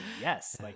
yes